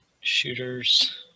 shooters